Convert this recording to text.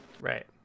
Right